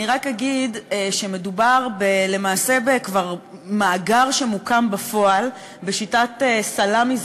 אני רק אגיד שמדובר למעשה במאגר שכבר מוקם בפועל בשיטת סלאמי,